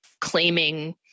claiming